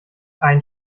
ein